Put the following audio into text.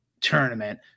tournament